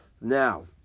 Now